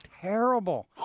terrible